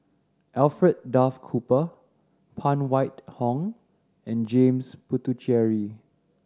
Alfred Duff Cooper Phan Wait Hong and James Puthucheary